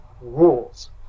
rules